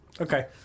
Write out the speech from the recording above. okay